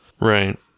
Right